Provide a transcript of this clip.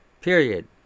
Period